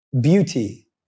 beauty